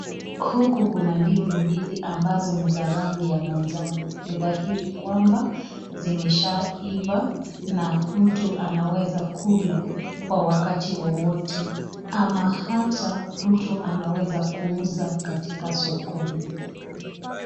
Huku kuna ndizi mbili ambazo ni za rangi ya manjano. Ni dhairi kwamba zimeshaiva na mtu anaweza kula kwa wakati wowote ama ata mtu anaweza kuuza katika sokoni.